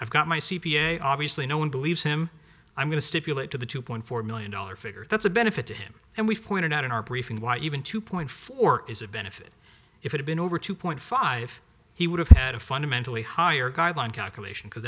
i've got my c p a obviously no one believes him i'm going to stipulate to the two point four million dollar figure that's a benefit to him and we've pointed out in our briefing why even two point four is a benefit if it had been over two point five he would have had a fundamentally higher guideline calculation because